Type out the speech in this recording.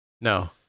No